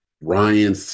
Ryan